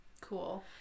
Cool